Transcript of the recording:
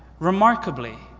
remarkably,